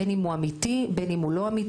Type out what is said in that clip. בין אם הוא אמיתי ובין אם הוא לא אמיתי,